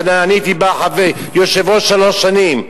שאני הייתי יושב-ראש שלה שלוש שנים.